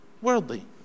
worldly